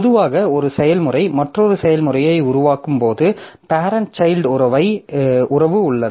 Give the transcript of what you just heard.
பொதுவாக ஒரு செயல்முறை மற்றொரு செயல்முறையை உருவாக்கும் போது பேரெண்ட் சைல்ட் உறவு உள்ளது